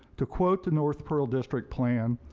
to quote the north pearl district plan,